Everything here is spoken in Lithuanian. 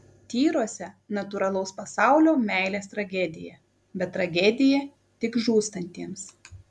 tyruose natūralaus pasaulio meilės tragedija bet tragedija tik žūstantiems